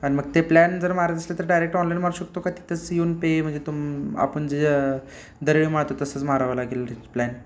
आणि मग ते प्लॅन जर मारत असलं तर डायरेक्ट ऑनलाईन मारू शकतो का तिथंच येऊन पे म्हणजे तुम आपण जे दरवेळी मारतो तसंच मारावं लागेल त्याचं प्लॅन